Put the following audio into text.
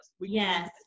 yes